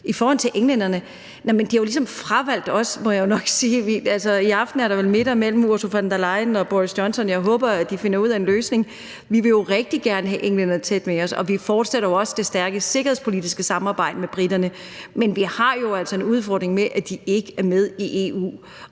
I forhold til englænderne: De har jo ligesom fravalgt os, må jeg nok sige. I aften er der vel middag mellem Ursula von der Leyen og Boris Johnson, og jeg håber, at de finder ud af en løsning. Vi vil jo rigtig gerne have englænderne tæt med os, og vi fortsætter jo også det stærke sikkerhedspolitiske samarbejde med briterne. Men vi har jo altså en udfordring med, at de ikke er med i EU,